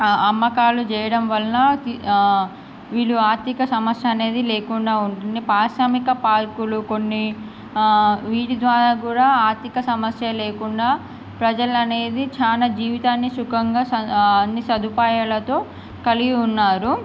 అమ్మకాలు చేయడం వల్ల వీళ్ళు ఆర్ధిక సమస్య అనేది లేకుండా ఉంటుంది పారిశ్రామిక పార్కులు కొన్ని వీటి ద్వారా కూడా ఆర్ధిక సమస్య లేకుండా ప్రజలు అనేది చాలా జీవితాన్ని సుఖంగా స అన్నీ సదుపాయాలతో కలిగి ఉన్నారు